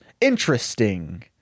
interesting